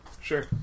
Sure